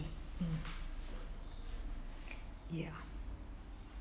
ya